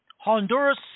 Honduras